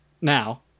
Now